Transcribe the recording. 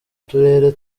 turere